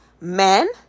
men